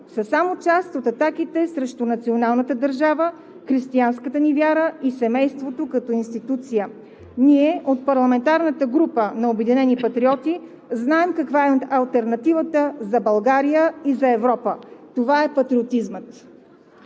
са само част от атаките срещу националната държава, християнската ни вяра и семейството като институция. От парламентарната група на „Обединени патриоти“ знаем каква е алтернативата за България и за Европа. Това е патриотизмът!